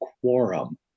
quorum